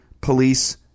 police